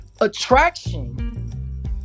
attraction